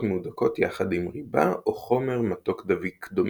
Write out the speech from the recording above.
מהודקות יחד עם ריבה או חומר מתוק דביק דומה.